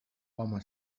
home